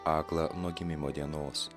aklą nuo gimimo dienos